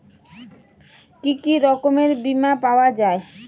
কি কি রকমের বিমা পাওয়া য়ায়?